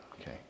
Okay